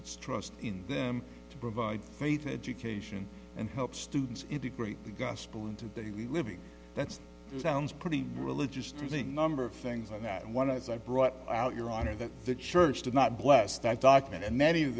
its trust in them to provide for me to education and help students integrate the gospel into daily living that's sounds pretty religious to think number of things on that one as i brought out your honor that the church did not bless that document and many of